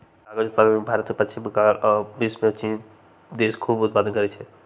कागज़ उत्पादन में भारत के पश्चिम बंगाल राज्य आ विश्वमें चिन देश खूब उत्पादन करै छै